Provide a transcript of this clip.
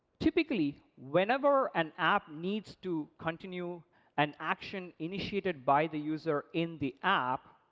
typically, whenever an app needs to continue an action initiated by the user in the app,